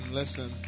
listen